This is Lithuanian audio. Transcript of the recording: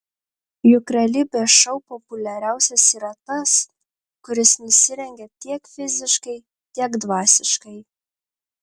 juk realybės šou populiariausias yra tas kuris nusirengia tiek fiziškai tiek dvasiškai